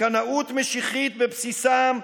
שקנאות משיחית בבסיסם,